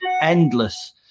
endless